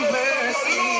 mercy